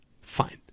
Fine